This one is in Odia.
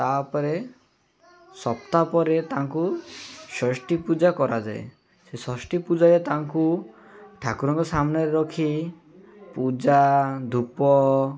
ତାପରେ ସପ୍ତାହ ପରେ ତାଙ୍କୁ ଷଷ୍ଠୀ ପୂଜା କରାଯାଏ ସେ ଷଷ୍ଠୀ ପୂଜାରେ ତାଙ୍କୁ ଠାକୁରଙ୍କ ସାମ୍ନାରେ ରଖି ପୂଜା ଧୂପ